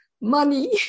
money